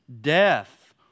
death